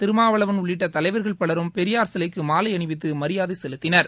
திருமாவளவன் உள்ளிட்ட தலைவர்கள் பலரும் பெரியார் சிலைக்கு மாலை அணிவித்து மரியாதை செலுத்தினர்